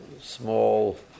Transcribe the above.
small